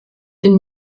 den